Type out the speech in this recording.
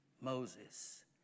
Moses